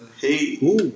Hey